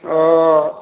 औ